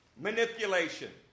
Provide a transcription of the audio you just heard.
manipulation